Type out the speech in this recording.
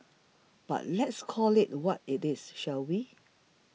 but let's call it what it is shall we